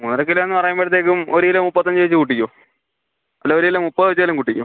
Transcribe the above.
മൂന്നര കിലോയെന്ന് പറയുമ്പോഴത്തേക്കും ഒരു കിലോ മുപ്പത്തിയഞ്ച് വെച്ച് കൂട്ടിക്കോ അല്ലെങ്കിൽ ഒരു കിലോ മുപ്പത് വെച്ചെങ്കിലും കൂട്ടിക്കോ